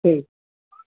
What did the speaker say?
ठीक